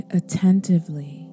attentively